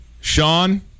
Sean